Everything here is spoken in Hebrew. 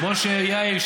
כמו שיאיר,